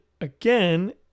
again